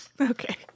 Okay